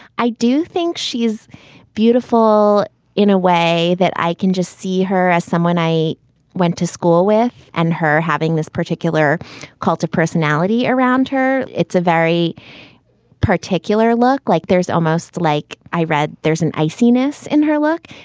i do think she's beautiful in a way that i can just see her as someone i went to school with and her having this particular cult of personality around her. it's a very particular look like there's almost like i read there's an iciness in her look.